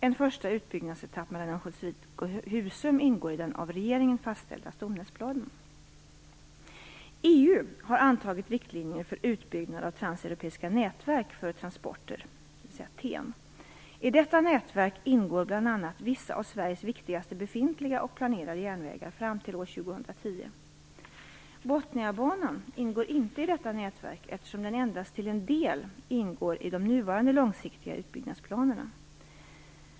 En första utbyggnadsetapp mellan Örnsköldsvik och Husum ingår i den av regeringen fastställda stomnätsplanen. EU har antagit riktlinjer för utbyggnad av transeuropeiskt nätverk för transporter, TEN. I detta nätverk ingår bl.a. vissa av Sveriges viktigaste befintliga och planerade järnvägar fram till år 2010. Botniabanan ingår inte i detta nätverk, eftersom den endast till en del ingår i de nuvarande långsiktiga utbyggnadsplanerna.